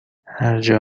هرجا